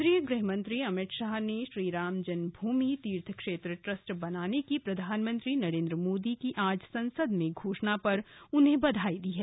केन्द्रीय गृहमंत्री अमित शाह ने श्री राम जन्म भूमि तीर्थ क्षेत्र ट्रस्ट बनाने की प्रधानमंत्री नरेन्द्र मोदी की आज संसद में घोषणा पर उन्हें बधाई दी है